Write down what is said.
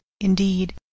indeed